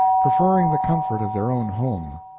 preferring the comfort of their own home.